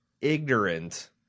ignorant